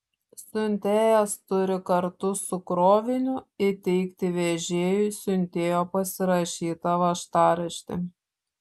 siuntėjas turi kartu su kroviniu įteikti vežėjui siuntėjo pasirašytą važtaraštį